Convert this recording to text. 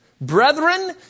Brethren